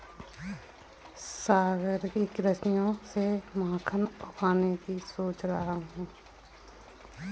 सागरीय कृषि से मखाना उगाने की सोच रहा हूं